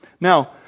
Now